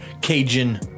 Cajun